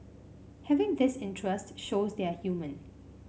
having this interest shows they are human